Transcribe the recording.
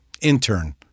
Intern